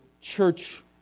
church